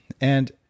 and-